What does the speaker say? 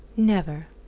never.